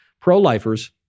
pro-lifers